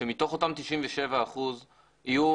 מתוך אותם 97 אחוזים יהיו